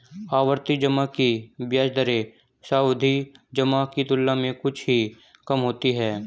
आवर्ती जमा की ब्याज दरें सावधि जमा की तुलना में कुछ ही कम होती हैं